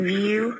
View